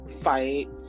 fight